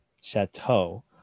chateau